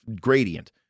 gradient